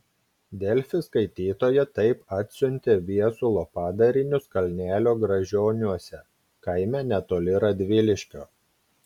delfi skaitytoja taip atsiuntė viesulo padarinius kalnelio gražioniuose kaime netoli radviliškio